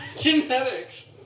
genetics